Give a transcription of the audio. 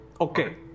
Okay